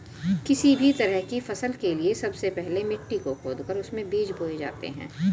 किसी भी तरह की फसल के लिए सबसे पहले मिट्टी को खोदकर उसमें बीज बोए जाते हैं